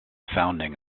founding